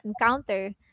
encounter